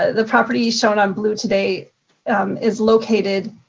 ah the property shown on blue today is located